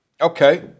Okay